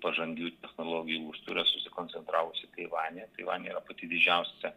pažangių technologijų yra susikoncentravusi taivanyje taivanyje yra pati didžiausia